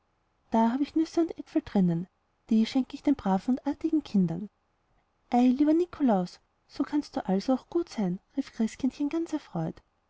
da habe ich nüsse und äpfel drin die schenke ich den braven und artigen kindern ei lieber nikolaus so kannst du also auch gut sein rief christkindchen ganz erfreut